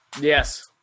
Yes